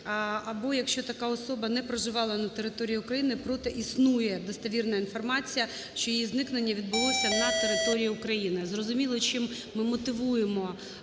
або якщо така особа не проживала на території України, проте існує достовірна інформація, що її зникнення відбулося на території України". Зрозуміло, чим ми мотивуємо